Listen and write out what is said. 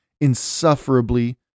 insufferably